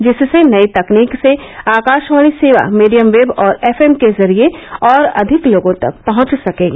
जिससे नई तकनीक से आकाशवाणी सेवा मीडियम वेब और एफएम के जरिए और अधिक लोगों तक पहुंच सकेगी